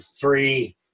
three